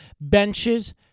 benches